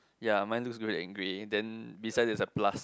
ya mine looks very angry then besides there is a plus